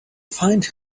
find